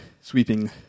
sweeping